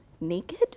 naked